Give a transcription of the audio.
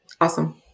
Awesome